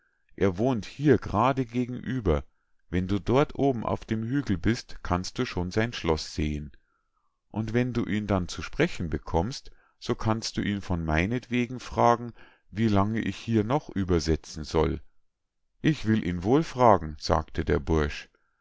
er wohnt hier grade gegenüber wenn du dort oben auf dem hügel bist kannst du schon sein schloß sehen und wenn du ihn dann zu sprechen bekommst so kannst du ihn von meinetwegen fragen wie lange ich hier noch übersetzen soll ich will ihn wohl fragen sagte der bursch